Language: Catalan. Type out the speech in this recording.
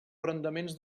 arrendaments